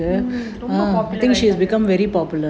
ரொம்ப:romba